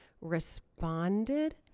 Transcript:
responded